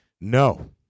No